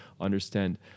understand